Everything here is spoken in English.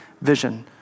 vision